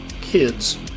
kids